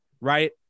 right